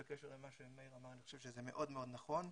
בקשר למה שמאיר אמר, אני חושב שזה מאוד מאוד נכון.